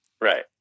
Right